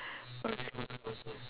okay